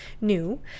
new